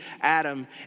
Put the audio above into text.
Adam